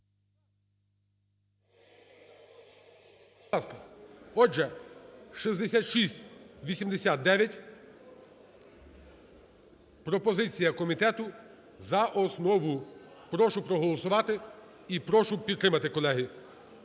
Отже, 6689 пропозиція комітету за основу. Прошу проголосувати і прошу підтримати, колеги.